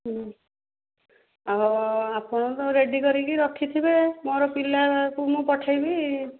ଆଉ ଆପଣ ତ ରେଡ଼ି କରିକି ରଖିଥିବେ ମୋର ପିଲାକୁ ମୁଁ ପଠେଇବି